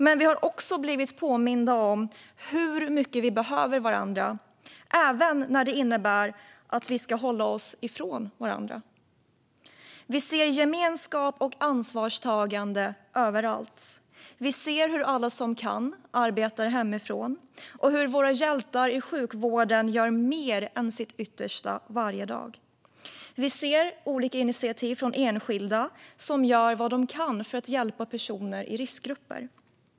Men vi har också blivit påminda om hur mycket vi behöver varandra - även när det innebär att vi ska hålla oss ifrån varandra. Vi ser gemenskap och ansvarstagande överallt. Vi ser hur alla som kan arbetar hemifrån och hur våra hjältar i sjukvården gör mer än sitt yttersta varje dag. Vi ser olika initiativ från enskilda som gör vad de kan för att hjälpa personer i riskgrupper.